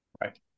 Right